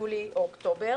1 ביולי או 1 באוקטובר,